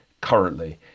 Currently